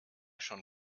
schon